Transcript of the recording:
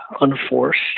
unforced